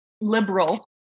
liberal